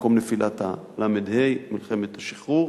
מקום נפילת הל"ה במלחמת השחרור,